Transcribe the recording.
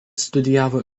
studijavo